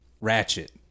ratchet